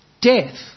death